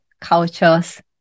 cultures